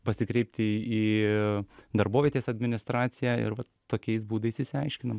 pasikreipti į darbovietės administraciją ir vat tokiais būdais išsiaiškinam